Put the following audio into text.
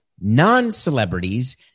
non-celebrities